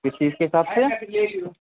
کس چیز کے حساب سے